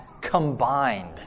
combined